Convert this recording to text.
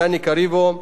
דני קריבו,